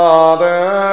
Father